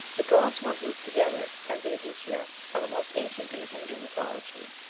the gods who are grouped together as the aditya are the most ancient in the hindoo mythology.